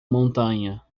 montanha